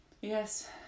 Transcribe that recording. Yes